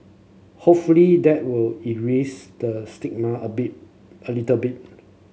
hopefully that will erase the stigma a bit a little bit